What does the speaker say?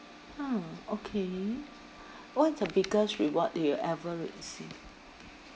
ah okay what is the biggest reward you ever received